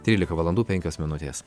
trylika valandų penkios minutės